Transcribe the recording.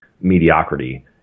mediocrity